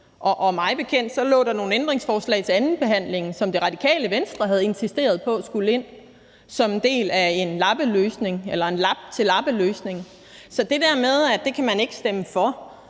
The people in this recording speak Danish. Og mig bekendt lå der nogle ændringsforslag til andenbehandlingen, som Radikale Venstre havde insisteret på skulle ind som en del af en lappeløsning eller som en lap til lappeløsningen. Så det der med, at det kan man ikke stemme for,